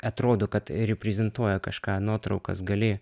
atrodo kad reprezentuoja kažką nuotraukas gali